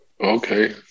Okay